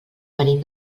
venim